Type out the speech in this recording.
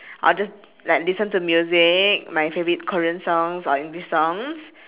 I'll just like listen to music my favourite korean songs or english songs